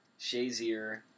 Shazier